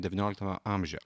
devynioliktame amžiuje